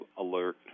alert